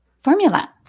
Formula